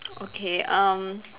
okay um